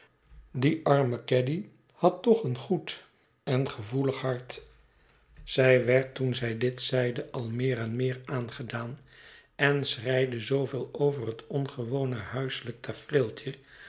die arme caddy had toch een goed en gevoelig hart zij werd toen zij dit zeide al meer en meer aangedaan en schreide zooveel over het ongewone huiselijk